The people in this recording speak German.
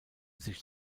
sich